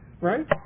right